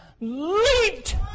leaped